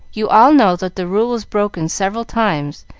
you all know that the rule was broken several times,